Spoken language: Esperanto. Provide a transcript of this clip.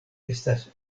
estas